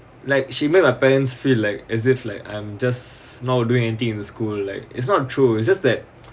like she made my parents feel like as if like I'm just now doing anything in the school like it's not true it's just that